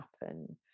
happen